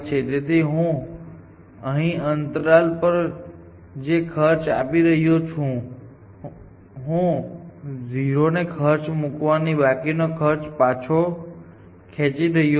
તેથી હું અહીં અંતરાલ પર જે ખર્ચ આપી રહ્યો છું હું 0 ખર્ચ ચૂકવીને બાકીનો ખર્ચ પાછો ખેંચી રહ્યો છું